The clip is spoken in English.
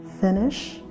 Finish